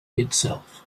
itself